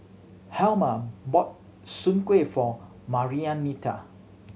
Helmer bought Soon Kueh for Marianita